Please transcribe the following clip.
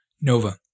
Nova